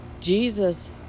Jesus